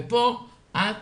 ופה את